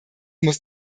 muss